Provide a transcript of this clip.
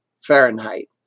fahrenheit